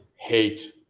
hate